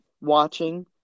watching